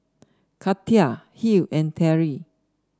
Katia Hill and Terry